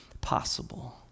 possible